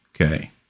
Okay